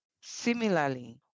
Similarly